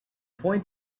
point